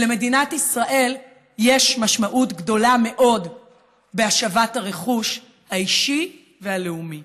למדינת ישראל יש משמעות גדולה מאוד בהשבת הרכוש האישי והלאומי.